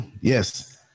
Yes